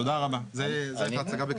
תודה רבה, זאת הייתה ההצגה בקצרה.